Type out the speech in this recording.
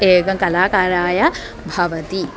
एकं कलाकाराय भवति